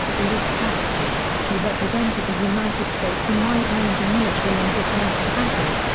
in this capacity, he represented the united states in wide-ranging military and diplomatic matters,